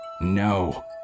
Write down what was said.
No